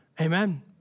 Amen